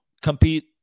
compete